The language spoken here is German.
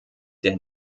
der